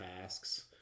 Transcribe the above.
tasks